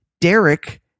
Derek